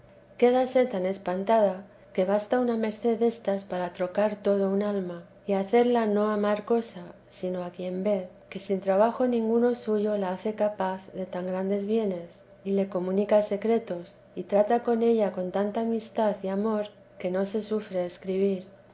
quédase tan espantada que basta una merced destas para trocar todo un alma y hacerla no amar cosa sino a quien ve que sin trabajo ninguno suyo la hace capaz de tan grandes bienes y le comunica secretos y trata con ella con tanta amistad y amor que no se sufre escribir